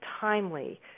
timely